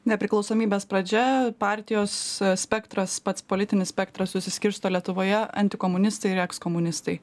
nepriklausomybės pradžia partijos spektras pats politinis spektras susiskirsto lietuvoje antikomunistai ir ekskomunistai